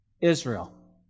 Israel